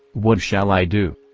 what shall i do?